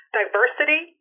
diversity